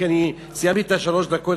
כי אני סיימתי את שלוש הדקות,